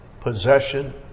possession